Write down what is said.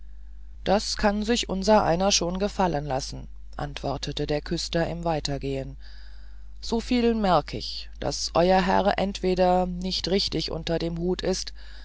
das kann sich unsereiner schon gefallen lassen antwortete der küster im weitergehen so viel merke ich daß euer herr entweder nicht richtig unter dem hut ist